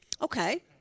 Okay